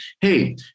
hey